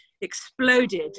exploded